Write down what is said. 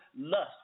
lust